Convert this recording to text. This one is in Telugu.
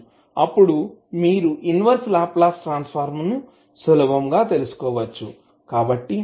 అప్పుడు మీరు ఇన్వర్స్ లాప్లాస్ ట్రాన్స్ ఫార్మ్ ను సులభంగా తెలుసుకోవచ్చు